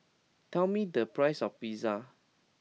tell me the price of Pizza